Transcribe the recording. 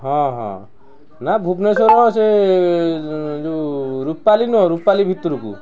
ହଁ ହଁ ନା ଭୁବନେଶ୍ୱର ସେ ଯେଉଁ ରୂପାଲି ନୁହଁ ରୂପାଲୀ ଭିତରକୁ